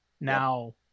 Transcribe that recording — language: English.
now